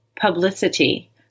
Publicity